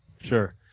Sure